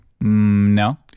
No